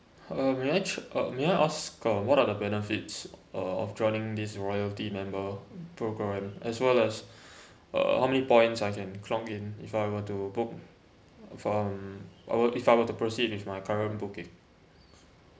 uh may I uh may I ask uh what are the benefits uh of joining this royalty member programme as well as uh how many points I can clock in if I were to book if um I were if I were to proceed with my current booking